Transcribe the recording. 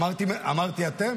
אמרתי אתם?